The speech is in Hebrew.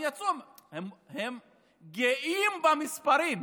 הם גאים במספרים,